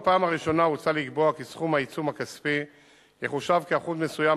בפעם הראשונה הוצע לקבוע כי סכום העיצום הכספי יחושב כאחוז מסוים